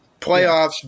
playoffs